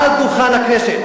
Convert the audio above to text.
מעל דוכן הכנסת.